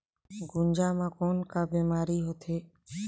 गुनजा मा कौन का बीमारी होथे?